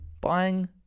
buying